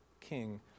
king